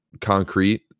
concrete